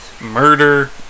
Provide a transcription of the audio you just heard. murder